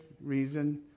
reason